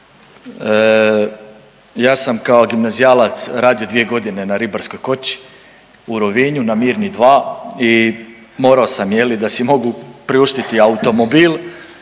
ja sam kao gimnazijalac radio dvije godine na ribarskoj koči u Rovinju na Mirni 2 i morao sam je li da si mogu priuštiti automobil